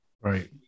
Right